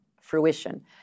fruition